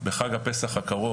בחג הפסח הקרוב,